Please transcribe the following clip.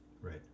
Right